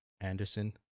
Anderson